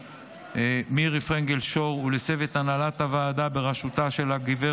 מירי פרנקל שור ולצוות הנהלת הוועדה בראשותה של גב'